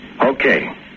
Okay